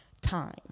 time